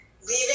leaving